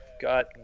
got